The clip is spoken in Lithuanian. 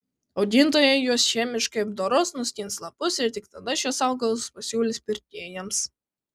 augintojai juos chemiškai apdoros nuskins lapus ir tik tada šiuos augalus pasiūlys pirkėjams